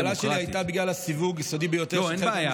ההגבלה שלי הייתה בגלל הסיווג סודי ביותר של חלק מהמסמכים.